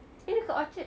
eh dekat orchard